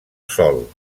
sòl